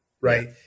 Right